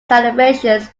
celebrations